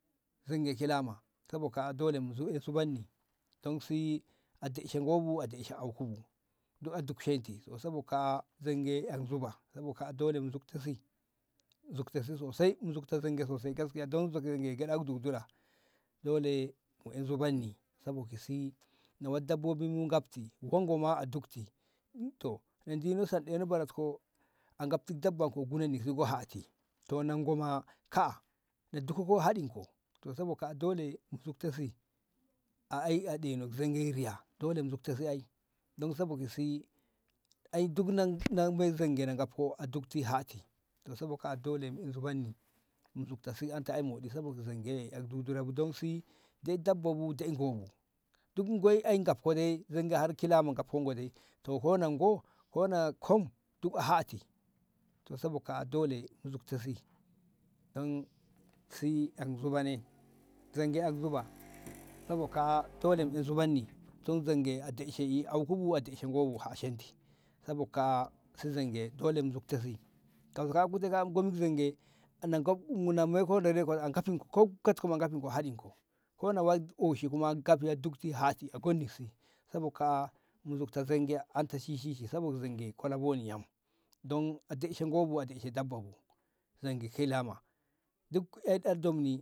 Zonge kilama sabo ka'a dole mu ai zubanni dan si adaishe ngo bu a daishe aukubu duk a duktensi to sabo ka'a zonge ƴai zuba sabo ka'a dole mu zukte si zukte si sosai zukte si sosai iin zukta si sosai gaskiya dan zonge gaɗa dudura dole mu ai zubanni sabo ki si na wak dabbobin mu gabti ko ngo ma a dukti to na duni sanɗeno banat ko a gabti dabbanko gunenni zugo hati ko na ngo ma ka'a duko go haɗinko to sabo ka'a dole zukte si a ƴa a ɗeno zonge riya dole mu zukte si ai dan sabo ki si ai duk ƴa nan na zonge gabko a duk hati dan sabo ka'a dole mu zubanni zukte si anta aa hati to sabo ka'a dole zukte si dan si a zuba zon zongi mu zukte si sabo ki zonge ai dudura bu dan si zonge dai dai dabba bu dai ngo bu duk ngo zonge gabko dai zonge har kilama gabko ngo dai to ko na ngo ko na kom duk e ai zuba dan zonge a daishe auku bu a daishe ngo bu hashenti sabo ka'a si zonge dole mu zubte si kauso ka'a kute'e ka'a gomi ki zonge a haɗinko ko na wak oshi kuma gabti dukti hati a gonnik ki si sobo ka'a mu zubto zonge anta shishi sabo zonge kolo boni yam dan a daishe ngo bu a daishe dabba bu zonge kilama duk ƴa ɗoi domni.